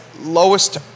lowest